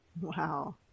Wow